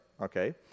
okay